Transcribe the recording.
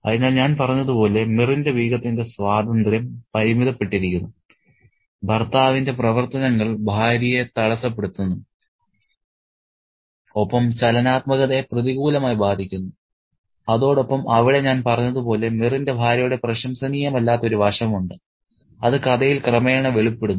അതിനാൽ ഞാൻ പറഞ്ഞതുപോലെ മിറിന്റെ ബീഗത്തിന്റെ സ്വാതന്ത്ര്യം പരിമിതപ്പെട്ടിരിക്കുന്നു ഭർത്താവിന്റെ പ്രവർത്തനങ്ങൾ ഭാര്യയെ തടസ്സപ്പെടുത്തുന്നു ഒപ്പം ചലനാത്മകതയെ പ്രതികൂലമായി ബാധിക്കുന്നു അതോടൊപ്പം അവിടെ ഞാൻ പറഞ്ഞതുപോലെ മിറിന്റെ ഭാര്യയുടെ പ്രശംസനീയമല്ലാത്ത ഒരു വശമുണ്ട് അത് കഥയിൽ ക്രമേണ വെളിപ്പെടുന്നു